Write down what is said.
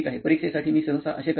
परीक्षेसाठी मी सहसा असे करत नाही